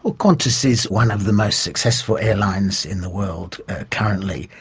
well, qantas is one of the most successful airlines in the world currently.